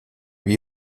wie